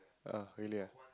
err really